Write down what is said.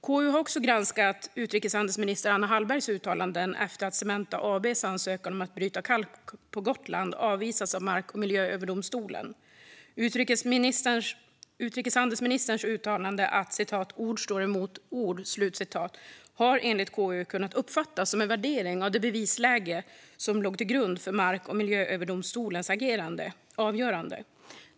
KU har också granskat utrikeshandelsminister Anna Hallbergs uttalanden efter att Cementa AB:s ansökan om att bryta kalk på Gotland avvisats av Mark och miljööverdomstolen. Utrikeshandelsministerns uttalande att "ord står mot ord" har enligt KU kunnat uppfattas som en värdering av det bevisläge som låg till grund för Mark och miljööverdomstolens avgörande.